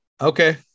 Okay